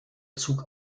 zug